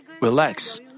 relax